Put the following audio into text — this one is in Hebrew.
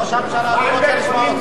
ראש הממשלה לא רוצה לשמוע אותך.